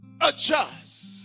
adjust